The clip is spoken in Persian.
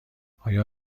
آیا